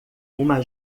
uma